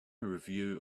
review